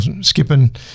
skipping